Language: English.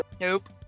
Nope